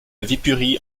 viipuri